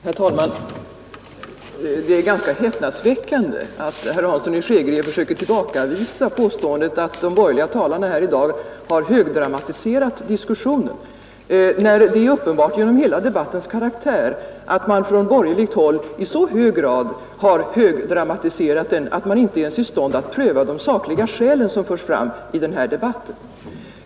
Herr talman! Det är ganska häpnadsväckande att herr Hansson i Skegrie försöker tillbakavisa påståendet att de borgerliga talarna här i dag har högdramatiserat diskussionen. Det är ju uppenbart genom hela debattens karaktär att man från borgerligt håll i så hög grad har högdramatiserat den att man inte ens är i stånd att pröva de sakliga skäl som förts fram för utredningsyrkandet.